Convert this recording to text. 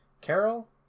Carol